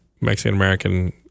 Mexican-American